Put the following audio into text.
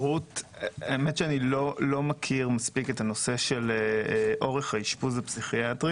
איני מכיר מספיק את הנושא של אורך האשפוז הפסיכיאטרי